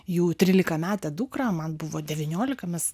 jų trylikametę dukrą man buvo devyniolika mes